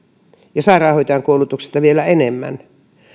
ja sairaanhoitajan koulutuksesta vielä enemmän